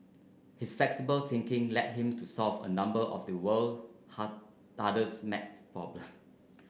his flexible thinking led him to solve a number of the world's hard hardest maths problems